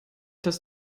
dass